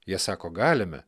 jie sako galime